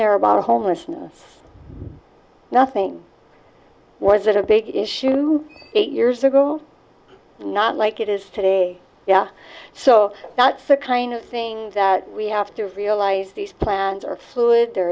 there about homelessness nothing was a big issue eight years ago not like it is today yeah so not so kind of thing that we have to realize these plans are fluid they're